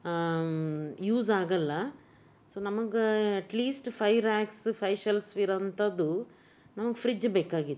use ಆಗೋಲ್ಲ so ನಮಗೆ at least five racks five shelves ಇರೊ ಅಂಥದ್ದು ನಮಗೆ ಫ್ರಿಜ್ ಬೇಕಾಗಿತ್ತು